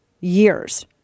years